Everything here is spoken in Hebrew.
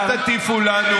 אל תטיפו לנו.